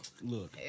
Look